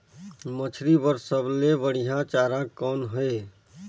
मछरी बर सबले बढ़िया चारा कौन हे?